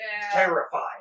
terrified